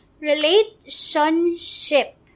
relationship